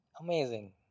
Amazing